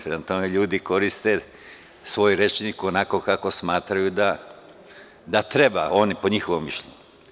Prema tome, ljudi koriste svoj rečnik onako kako smatraju da treba, po njihovom mišljenju.